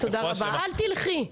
אל תלכי.